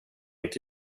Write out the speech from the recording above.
inte